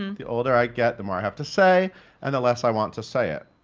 um the older i get, the more i have to say and the less i want to say it.